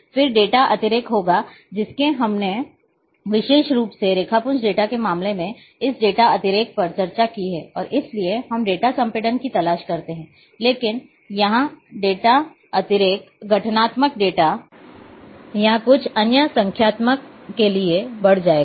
फिर डेटा अतिरेक होगा जिसकी हमने विशेष रूप से रेखापुंज डेटा के मामले में इस डेटा अतिरेक पर चर्चा की है और इसलिए हम डेटा संपीड़न की तलाश करते हैं लेकिन यहां डेटा अतिरेक गठनात्मक डेटा या कुछ अन्य संख्यात्मक के लिए बढ़ जाएगा